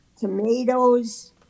tomatoes